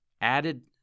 added